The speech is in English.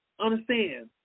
understand